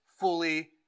fully